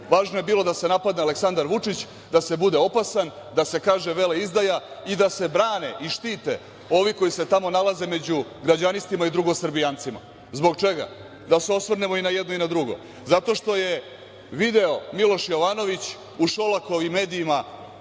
Važno je bilo da se napadne Aleksandar Vučić, da se bude opasan, da se kaže – veleizdaja i da se brane i štite ovi koji se tamo nalaze među građanistima i drugosrbijancima. Zbog čega? Da se osvrnemo i na jedno i na drugo. Zato što je video Miloš Jovanović u Šolakovim medijima